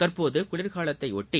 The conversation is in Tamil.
தற்போது குளிர்காலத்தை ஒட்டி